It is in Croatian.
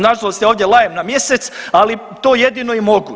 Nažalost ja ovdje lajem na mjesec, ali to jedino i mogu.